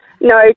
No